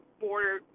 border